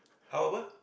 how apa